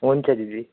हुन्छ दिदी